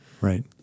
Right